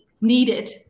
needed